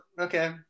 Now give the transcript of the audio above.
okay